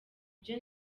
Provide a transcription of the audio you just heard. ibyo